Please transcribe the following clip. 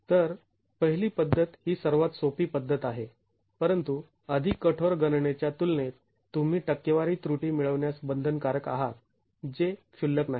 तर पहिली पद्धत ही सर्वात सोपी पद्धत आहे परंतु अधिक कठोर गणनेच्या तुलनेत तुम्ही टक्केवारी त्रुटी मिळवण्यास बंधनकारक आहात जे क्षुल्लक नाही